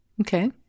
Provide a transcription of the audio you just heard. Okay